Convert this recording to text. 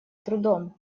трудом